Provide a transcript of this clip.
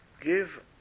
give